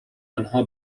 آنها